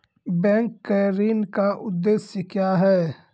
Bank के ऋण का उद्देश्य क्या हैं?